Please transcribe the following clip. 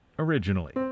originally